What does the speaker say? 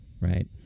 Right